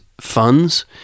funds